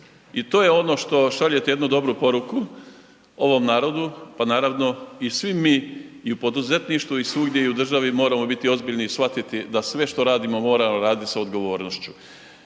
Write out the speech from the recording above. I to je ono što šaljete jednu poruku ovom narodu pa naravno i svi mi u poduzetništvu i svugdje i u državi moramo biti ozbiljni i shvatiti da sve što radimo moramo raditi sa odgovornošću.